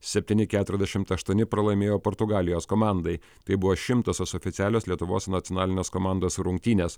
septyni keturiasdešimt aštuoni pralaimėjo portugalijos komandai tai buvo šimtosios oficialios lietuvos nacionalinės komandos rungtynės